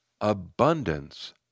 Abundance